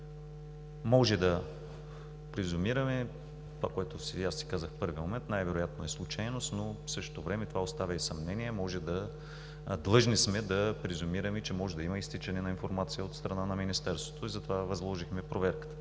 Може да резюмираме – това, което и аз си казах в първия момент, е, че най-вероятно е случайност, но в същото време оставя и съмнение, длъжни сме да презюмираме. Може да има изтичане на информация от страна на Министерството и затова възложихме проверка.